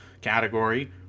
category